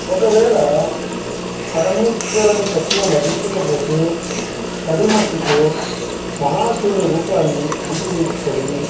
ఒకవేళ పరమేశ్వరుని ప్రతిమ లభించకపోతే తడి మట్టితో మహాశివుని రూపాన్ని రూపొందించుకొని